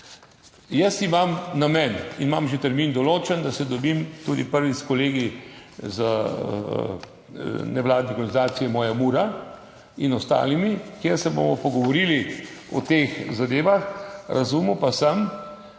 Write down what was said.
Jaz imam namen, imam že termin določen, da se dobim tudi prvič s kolegi iz nevladnih organizacij, Moja Mura in ostalimi, kjer se bomo pogovorili o teh zadevah. Razumel pa sem,